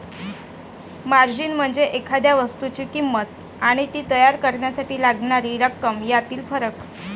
margin म्हणजे एखाद्या वस्तूची किंमत आणि ती तयार करण्यासाठी लागणारी रक्कम यातील फरक